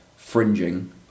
Fringing